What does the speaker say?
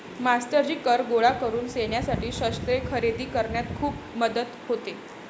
मास्टरजी कर गोळा करून सैन्यासाठी शस्त्रे खरेदी करण्यात खूप मदत होते